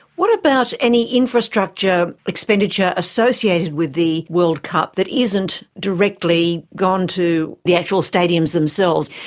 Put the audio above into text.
what about any infrastructure expenditure associated with the world cup that isn't directly gone to the actual stadiums themselves?